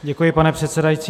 Děkuji, pane předsedající.